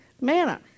Manna